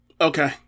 Okay